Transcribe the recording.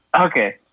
Okay